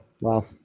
Wow